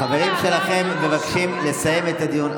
חברים שלכם מבקשים לסיים את הדיון.